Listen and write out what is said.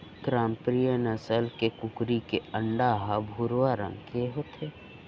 ग्रामप्रिया नसल के कुकरी के अंडा ह भुरवा रंग के होथे